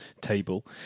table